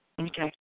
Okay